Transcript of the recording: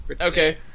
Okay